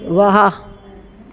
वाह